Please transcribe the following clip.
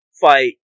fight